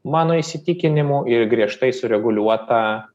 mano įsitikinimu ir griežtai sureguliuota